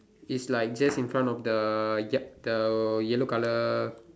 is like just in front of the yup the yellow colour